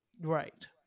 Right